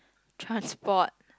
transport